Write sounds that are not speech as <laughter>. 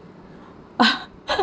<laughs>